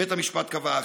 שבית המשפט קבע אחרת,